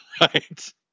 Right